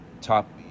top